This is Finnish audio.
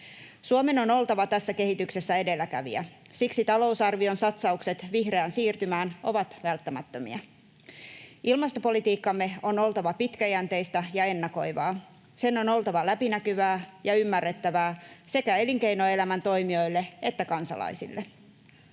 Suomen on oltava tässä kehityksessä edelläkävijä. Siksi talousarvion satsaukset vihreään siirtymään ovat välttämättömiä. Ilmastopolitiikkamme on oltava pitkäjänteistä ja ennakoivaa. Sen on oltava läpinäkyvää ja ymmärrettävää sekä elinkeinoelämän toimijoille että kansalaisille.